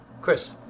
Chris